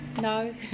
No